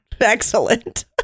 excellent